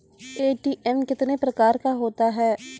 ATM कितने प्रकार का होता हैं?